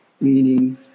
Meaning